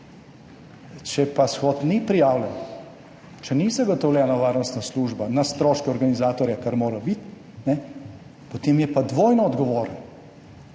Če pa shod ni prijavljen, če ni zagotovljena varnostna služba na stroške organizatorja, kar mora biti, potem je pa dvojno odgovoren.